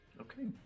Okay